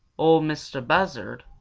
ol mistah buzzard,